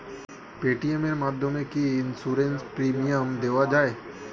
Paytm এর মাধ্যমে কি ইন্সুরেন্স প্রিমিয়াম দেওয়া যায়?